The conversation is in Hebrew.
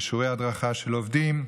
אישורי הדרכה של עובדים,